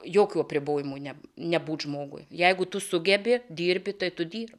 jokių apribojimų ne nebūti žmogui jeigu tu sugebi dirbi tai tu dirbk